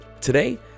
today